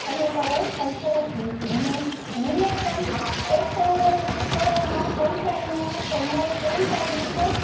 ટામેટાં હોય પણ સરસ હોય છે અને રીંગણા પણ એક પણ છોડવામાં ત્રણ ચાર રીંગણા તો મારે ત્રણ ચાર દિવસે